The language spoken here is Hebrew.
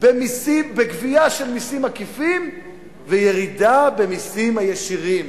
בגבייה של מסים עקיפים וירידה במסים הישירים.